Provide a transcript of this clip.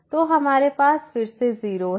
तो हमारे पास फिर से 0 है